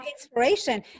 inspiration